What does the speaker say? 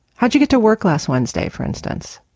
how do you get to work last wednesday, for instance,